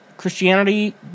Christianity